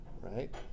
right